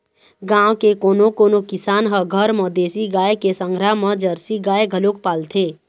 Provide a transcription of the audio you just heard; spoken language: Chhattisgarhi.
गाँव के कोनो कोनो किसान ह घर म देसी गाय के संघरा म जरसी गाय घलोक पालथे